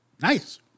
Nice